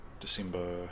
December